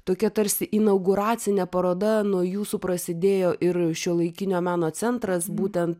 tokia tarsi inauguracinė paroda nuo jūsų prasidėjo ir šiuolaikinio meno centras būtent